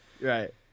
Right